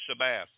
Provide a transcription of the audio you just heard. Shabbat